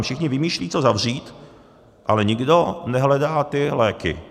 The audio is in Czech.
Všichni vymýšlejí, co zavřít, ale nikdo nehledá ty léky.